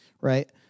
right